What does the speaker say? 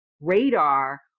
radar